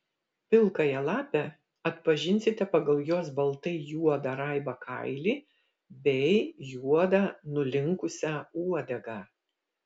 pilkąją lapę atpažinsite pagal jos baltai juodą raibą kailį bei juodą nulinkusią uodegą